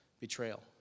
betrayal